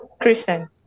Christian